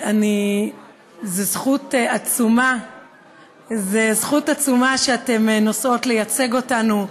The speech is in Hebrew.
זו זכות עצומה שאתן נוסעות לייצג אותנו,